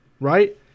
right